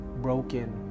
broken